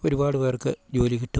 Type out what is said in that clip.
ഒരുപാട് പേർക്ക് ജോലി കിട്ടും